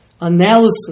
analysis